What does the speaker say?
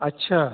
अच्छा